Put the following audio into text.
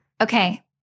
Okay